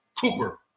Cooper